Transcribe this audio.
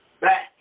back